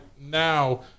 now